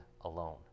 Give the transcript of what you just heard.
alone